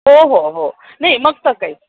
हो हो हो नाही मग सकाळी